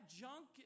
junk